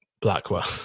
Blackwell